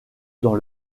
dans